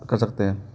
कर सकते हैं